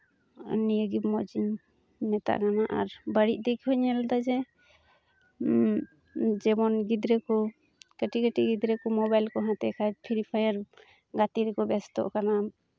ᱟᱨ ᱱᱤᱭᱟᱹᱜᱮ ᱢᱚᱡᱽ ᱤᱧ ᱢᱮᱛᱟᱜ ᱠᱟᱱᱟ ᱟᱨ ᱵᱟᱹᱲᱤᱡ ᱫᱤᱠ ᱦᱚᱸᱧ ᱧᱮᱞᱫᱟ ᱡᱮ ᱡᱮᱢᱚᱱ ᱜᱤᱫᱽᱨᱟᱹ ᱠᱚ ᱠᱟᱹᱴᱤᱡ ᱠᱟᱹᱴᱤᱡ ᱜᱤᱫᱽᱨᱟᱹ ᱠᱚ ᱢᱳᱵᱟᱭᱤᱞ ᱠᱚ ᱦᱟᱛᱟᱣ ᱮᱜ ᱠᱷᱟᱡ ᱯᱷᱨᱤᱼᱯᱷᱟᱭᱟᱨ ᱜᱟᱛᱮ ᱨᱮᱠᱚ ᱵᱮᱥᱛᱚᱜ ᱠᱟᱱᱟ